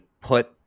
put